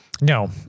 No